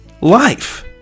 life